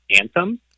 Anthem